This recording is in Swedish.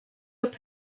upp